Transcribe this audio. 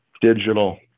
digital